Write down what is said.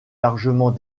largement